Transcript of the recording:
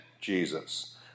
Jesus